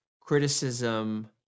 criticism